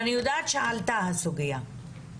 אני יודעת שעלתה הסוגיה.